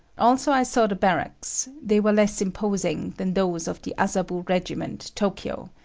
also i saw the barracks they were less imposing than those of the azabu regiment, tokyo.